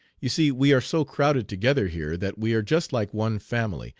you see we are so crowded together here that we are just like one family,